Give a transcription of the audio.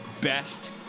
best